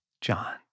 John